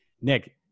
Nick